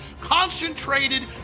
Concentrated